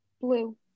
Blue